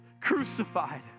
crucified